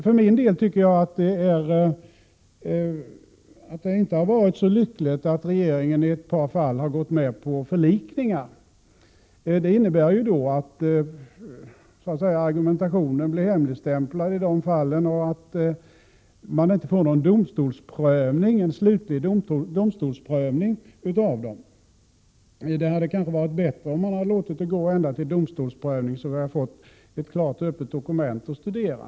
För min del tycker jag att det inte har varit så lyckligt att regeringen i ett par fall har gått med på förlikningar. Det innebär att argumentationen i de fallen så att säga blir hemligstämplad och att man inte får någon slutlig domstolsprövning av dem. Det hade kanske varit bättre om man hade låtit det gå ända till domstolsprövning, så vi hade fått ett dokument att studera.